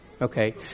Okay